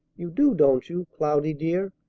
you do, don't you, cloudy, dear?